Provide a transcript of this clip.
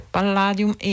Palladium